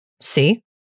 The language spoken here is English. see